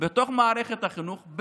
במערכת החינוך,